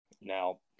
now